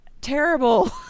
terrible